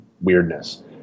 weirdness